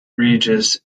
regis